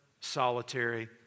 solitary